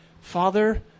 Father